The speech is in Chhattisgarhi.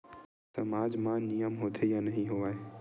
सामाज मा नियम होथे या नहीं हो वाए?